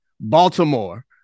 Baltimore